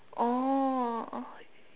oh